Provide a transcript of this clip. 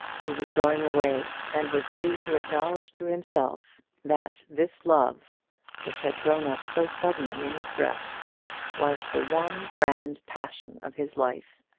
he was going away, and was free to acknowledge to himself that this love which had grown up so suddenly in his breast was the one grand passion of his life,